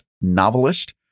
novelist